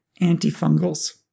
antifungals